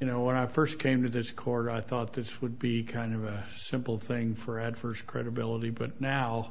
you know when i first came to this court i thought this would be kind of a simple thing for at first credibility but now